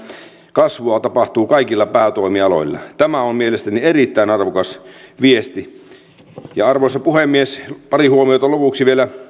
kasvua tapahtuu kaikilla päätoimialoilla tämä on mielestäni erittäin arvokas viesti arvoisa puhemies pari huomiota lopuksi vielä